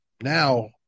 Now